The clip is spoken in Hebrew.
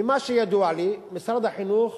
ממה שידוע לי, משרד החינוך